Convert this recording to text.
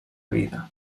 vida